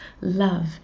love